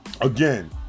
again